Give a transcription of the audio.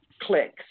clicks